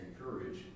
encourage